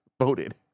voted